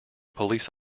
police